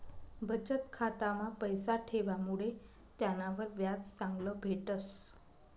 बचत खाता मा पैसा ठेवामुडे त्यानावर व्याज चांगलं भेटस